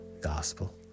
Gospel